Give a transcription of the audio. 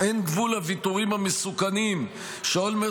"אין גבול לוויתורים המסוכנים שאולמרט